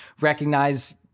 recognize